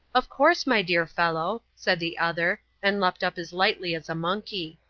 of course, my dear fellow, said the other, and leapt up as lightly as a monkey.